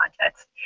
context